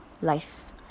life